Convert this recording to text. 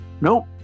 Nope